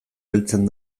heltzen